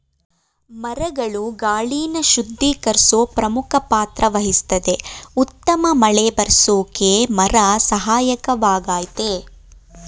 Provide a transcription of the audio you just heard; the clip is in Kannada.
ಮರಗಳು ಗಾಳಿನ ಶುದ್ಧೀಕರ್ಸೋ ಪ್ರಮುಖ ಪಾತ್ರವಹಿಸ್ತದೆ ಉತ್ತಮ ಮಳೆಬರ್ರ್ಸೋಕೆ ಮರ ಸಹಾಯಕವಾಗಯ್ತೆ